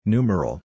Numeral